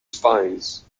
spines